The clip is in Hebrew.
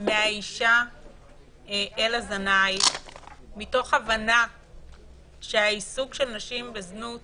מהאישה אל הזנאי מתוך הבנה שהעיסוק של נשים בזנות